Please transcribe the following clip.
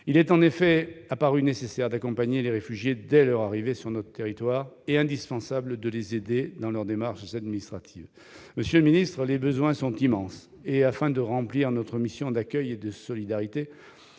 Il est, en effet, apparu nécessaire d'accompagner les réfugiés dès leur arrivée sur notre territoire et indispensable de les aider dans leurs démarches administratives. Monsieur le ministre, les besoins sont immenses et, afin de remplir notre mission d'accueil et de solidarité,